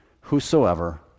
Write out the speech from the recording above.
Whosoever